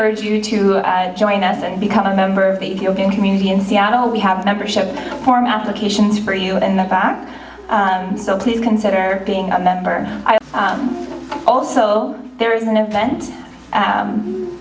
urge you to join us and become a member of the community in seattle we have a membership form applications for you within the hour so please consider being a member also there is an event